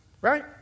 Right